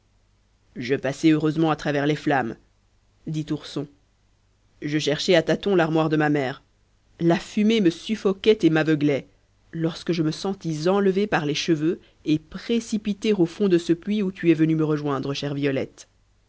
je passai heureusement à travers les flammes dit ourson je cherchai à tâtons l'armoire de ma mère la fumée me suffoquait et m'aveuglait lorsque je me sentis enlever par les cheveux et précipiter au fond de ce puits où tu es venue me rejoindre chère violette